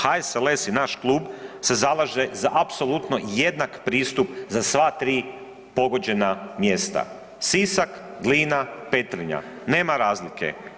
HSLS i naš klub se zalaže za apsolutno pristup za sva tri pogođena mjesta, Sisak, Glina, Petrinja, nema razlike.